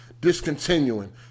discontinuing